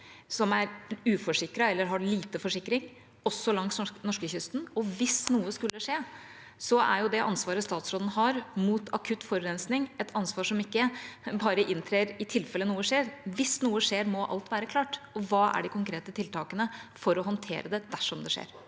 som er uforsikret eller har lite forsikring, også langs norskekysten. Hvis noe skulle skje, er det ansvaret statsråden har mot akutt forurensning, et ansvar som ikke bare inntrer i tilfelle noe skjer. Hvis noe skjer, må alt være klart. Hva er de konkrete tiltakene for å håndtere det dersom det skjer?